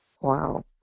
Wow